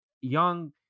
young